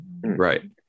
Right